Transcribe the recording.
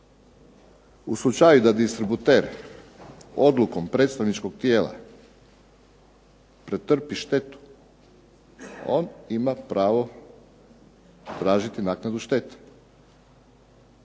U slučaju da distributer odlukom predstavničkog tijela pretrpi štetu on ima pravo tražiti naknadu štete,